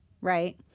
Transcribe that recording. right